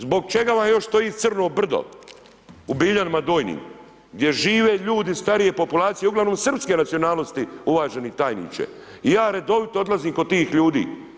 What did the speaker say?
Zbog čega vam još stoji .../nerazumljivo/... brdo u Biljanima Donjim gdje žive ljudi starije populacije, uglavnom srpske nacionalnosti, uvaženi tajniče, i ja redovito odlazim kod tih ljudi.